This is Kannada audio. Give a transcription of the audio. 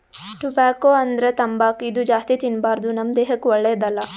ಟೊಬ್ಯಾಕೊ ಅಂದ್ರ ತಂಬಾಕ್ ಇದು ಜಾಸ್ತಿ ತಿನ್ಬಾರ್ದು ನಮ್ ದೇಹಕ್ಕ್ ಒಳ್ಳೆದಲ್ಲ